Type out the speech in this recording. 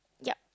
yup